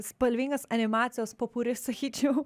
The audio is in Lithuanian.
spalvingas animacijos popuri sakyčiau